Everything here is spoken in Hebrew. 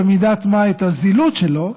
במידת מה את הזילות שלו,